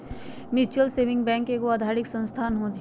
mutual saving bank एगो आर्थिक संस्थान होइ छइ